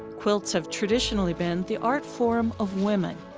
quilts have traditionally been the art form of women.